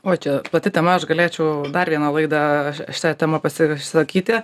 o čia plati tema aš galėčiau dar vieną laidą šita tema pasisakyti